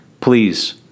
please